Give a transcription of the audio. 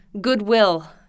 goodwill